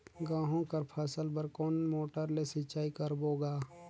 गहूं कर फसल बर कोन मोटर ले सिंचाई करबो गा?